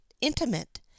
intimate